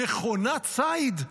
מכונת ציד?